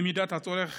בשעת הצורך